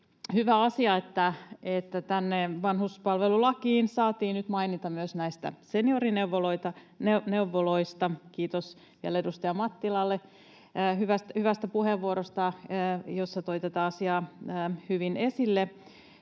hyvä asia, että tänne vanhuspalvelulakiin saatiin nyt maininta myös näistä seniorineuvoloista. Kiitos vielä edustaja Mattilalle hyvästä puheenvuorosta, jossa toi tätä asiaa hyvin esille.